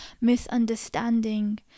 misunderstanding